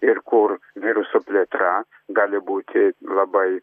ir kur viruso plėtra gali būti labai